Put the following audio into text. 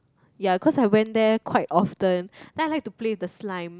ya cause I went there quite often then I like to play with the slime